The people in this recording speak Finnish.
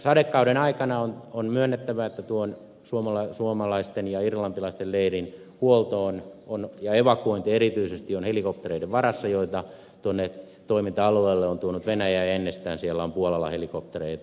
sadekauden aikana on myönnettävä että suomalaisten ja irlantilaisten leirin huolto ja evakuointi erityisesti on helikoptereiden varassa joita toiminta alueelle on tuonut venäjä ja ennestään siellä on puolalla helikoptereita